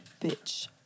bitch